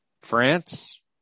France